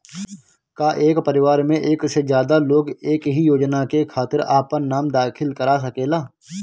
का एक परिवार में एक से ज्यादा लोग एक ही योजना के खातिर आपन नाम दाखिल करा सकेला?